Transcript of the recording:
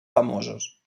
famosos